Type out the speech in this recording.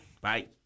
Bye